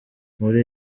muri